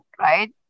right